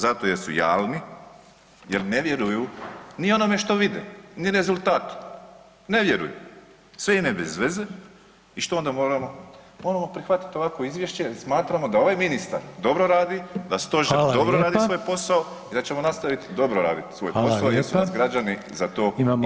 Zato jer su jalni, jer ne vjeruju ni onome što vide ni rezultatu, ne vjeruju, sve im je bez veze i što onda moramo prihvatiti ovakvo izvješće jer smatramo da ovaj ministar dobro radi, da stožer [[Upadica: Hvala lijepa.]] dobro radi svoj posao i da ćemo nastaviti dobro raditi svoj posao [[Upadica: Hvala lijepa.]] jer su nas građani za to izabrali.